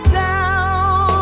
down